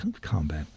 combat –